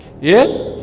yes